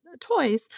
toys